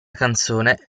canzone